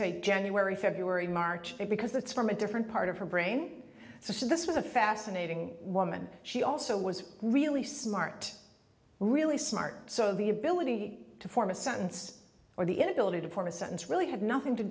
take january february march because that's from a different part of her brain so she this was a fascinating woman she also was really smart really smart so the ability to form a sentence or the inability to form a sentence really had nothing to